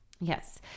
Yes